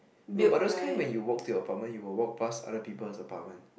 no but those kind when you walk to your apartment you will walk past other people apartment